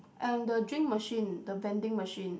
and the drink machine the vending machine